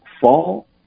fall